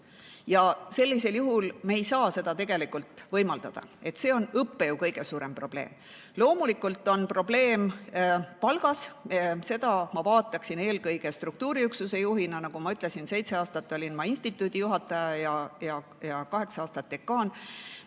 ja sellisel juhul ei saa me seda tegelikult neile võimaldada. See on õppejõu kõige suurem probleem. Loomulikult on probleem palgas. Seda ma vaataksin eelkõige struktuuriüksuse juhina. Nagu ma ütlesin, seitse aastat olin ma instituudi juhataja ja kaheksa aastat dekaan.